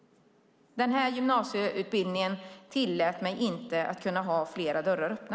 Den här gymnasieutbildningen tillät mig inte att ha flera dörrar öppna.